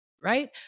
right